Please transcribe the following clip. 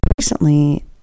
recently